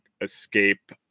escape